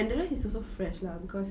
and the rest is also fresh lah cause